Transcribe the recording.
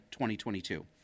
2022